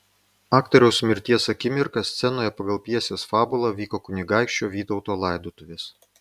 aktoriaus mirties akimirką scenoje pagal pjesės fabulą vyko kunigaikščio vytauto laidotuvės